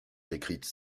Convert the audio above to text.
décrites